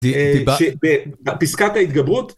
שבפסקת ההתגברות